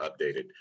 updated